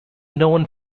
known